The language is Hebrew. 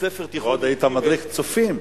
בית-ספר תיכון, ועוד היית מדריך ב"צופים".